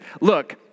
look